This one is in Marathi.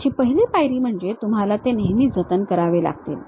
याची पहिली पायरी म्हणजे तुम्हाला ते नेहमी जतन करावे लागेल